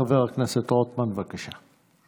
חבר הכנסת רוטמן, בבקשה.